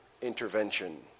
intervention